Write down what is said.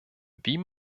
wie